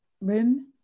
room